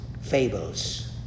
fables